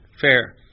Fair